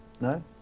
No